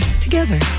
together